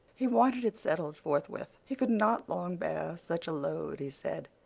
he wanted it settled forthwith. he could not long bear such a load, he said.